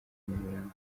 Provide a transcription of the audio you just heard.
nyamirambo